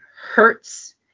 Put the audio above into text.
hurts